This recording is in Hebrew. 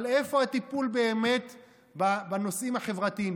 אבל איפה הטיפול באמת בנושאים החברתיים?